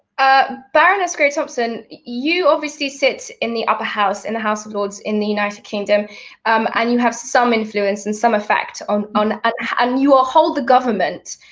ah baroness grey-thompson, you obviously sit in the upper house in the house of lords in the united kingdom um and you have some influence and some effect um on, and you ah hold the government,